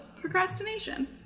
Procrastination